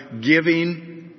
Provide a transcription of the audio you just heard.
giving